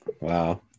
Wow